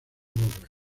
obra